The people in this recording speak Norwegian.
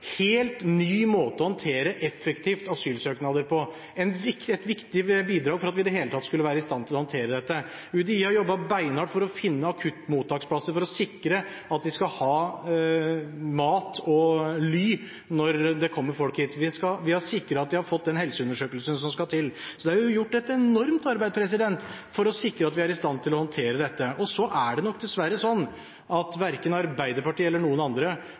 et viktig bidrag for at vi i det hele tatt skal være i stand til å håndtere dette. UDI har jobbet beinhardt for å finne akuttmottaksplasser for å sikre at vi skal ha mat og ly når det kommer folk hit. Vi har sikret at vi har fått den helseundersøkelsen som skal til. Det er gjort et enormt arbeid for å sikre at vi er i stand til å håndtere dette. Så er det nok dessverre sånn at verken Arbeiderpartiet eller noen andre